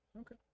Okay